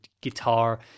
guitar